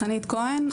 חנית כהן,